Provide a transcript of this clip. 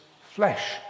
flesh